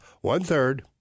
one-third